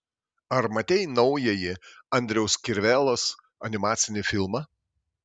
ar matei naująjį andriaus kirvelos animacinį filmą